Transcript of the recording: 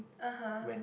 (uh huh)